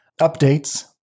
updates